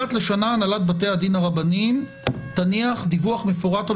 אחת לשנה הנהלת בתי הדין הרבניים תניח דיווח מפורט על